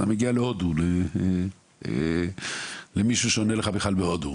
אתה מגיע למישהו שעונה לך בכלל בהודו,